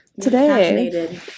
today